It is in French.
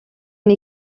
une